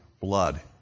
blood